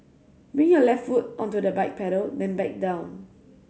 bring your left foot onto the bike pedal then back down